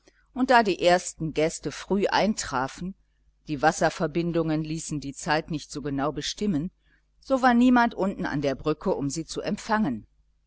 und da die ersten gäste zu früh eintrafen die wasserverbindungen ließen die zeit nicht so genau bestimmen so war niemand unten an der brücke um sie zu empfangen